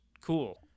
cool